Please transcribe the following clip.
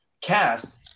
cast